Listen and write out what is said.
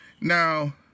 Now